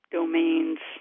domains